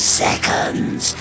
seconds